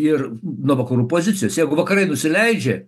ir nuo vakarų pozicijos jeigu vakarai nusileidžia